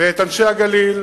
ואת אנשי הגליל,